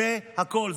זה הכול,